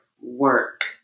work